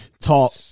talk